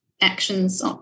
actions